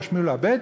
להשמיד ולאבד,